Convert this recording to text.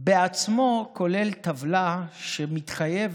בעצמו כולל טבלה שמתחייבת,